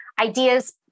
ideas